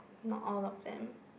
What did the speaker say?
not all of them